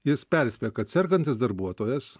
jis perspėja kad sergantis darbuotojas